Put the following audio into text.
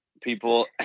people